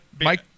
Mike